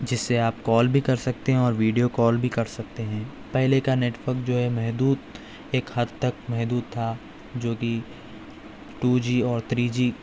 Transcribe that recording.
جس سے آپ کال بھی کر سکتے ہیں اورویڈیو کال بھی کر سکتے ہیں پہلے کا نیٹورک جو ہے محدود ایک حد تک محدود تھا جو کہ ٹو جی اور تھری جی